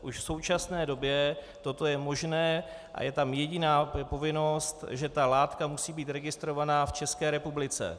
Už v současné době toto je možné a je tam jediná povinnost, že ta látka musí být registrována v České republice.